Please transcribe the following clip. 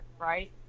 right